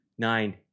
nine